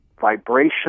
vibration